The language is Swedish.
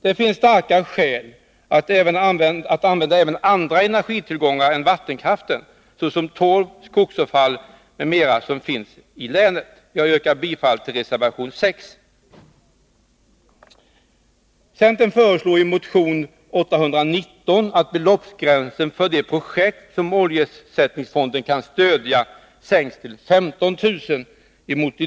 Det finns starka skäl att använda även andra energitillgångar än vattenkraften — såsom torv, skogsavfall, m.m. — som finns i länet. Jag yrkar bifall till reservation 6.